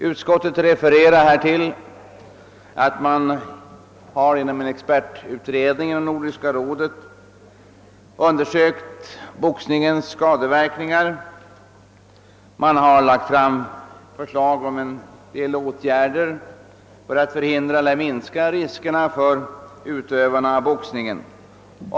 Utskottet refererar till att en expertutredning inom Nordiska rådet har undersökt boxningens skadeverkningar. Förslag har lagts fram om en del åt gärder i syfte att förhindra eller minska riskerna för utövarna av boxningen.